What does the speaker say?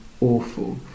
awful